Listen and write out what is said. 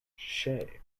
she